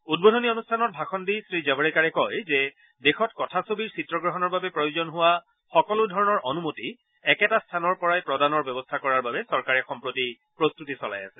উদ্বোধনী অনুষ্ঠানত ভাষণ দি শ্ৰীজাৱাড়েকাৰে কয় যে দেশত কথাছবিৰ চিত্ৰগ্ৰহণৰ বাবে প্ৰয়োজন হোৱা সকলোধৰণৰ অনুমতি একেটা স্থানৰ পৰাই প্ৰদানৰ ব্যৱস্থা কৰাৰ বাবে চৰকাৰে সম্প্ৰতি প্ৰস্তুতি চলাই আছে